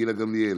גילה גמליאל,